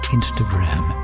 Instagram